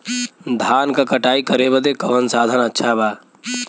धान क कटाई करे बदे कवन साधन अच्छा बा?